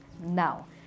Now